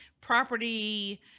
property